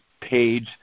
page